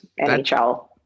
NHL